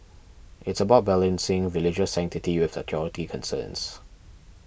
it's about balancing religious sanctity with security concerns